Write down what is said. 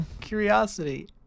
Curiosity